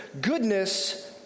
goodness